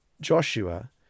Joshua